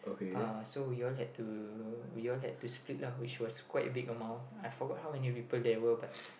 uh so we all had to we all had to split lah which was quite a big amount I forgot how many people there were but